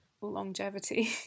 longevity